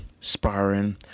sparring